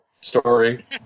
story